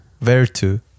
vertu